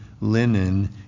linen